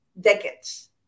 decades